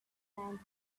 man